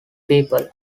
people